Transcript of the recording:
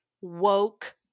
woke